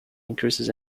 increases